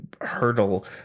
hurdle